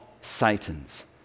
Satan's